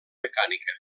mecànica